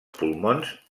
pulmons